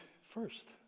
first